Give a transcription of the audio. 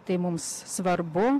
tai mums svarbu